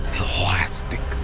elastic